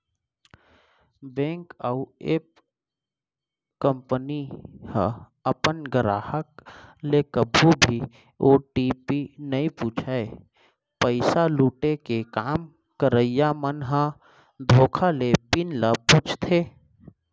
bank अउ app company ह अपन गराहक ले कभू भी ओ.टी.पी नइ पूछय, पइसा लुटे के काम करइया मन ह धोखा ले पिन ल पूछथे